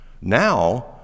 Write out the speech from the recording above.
Now